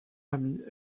amis